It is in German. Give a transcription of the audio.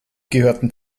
gehörten